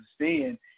understand